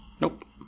Nope